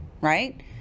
right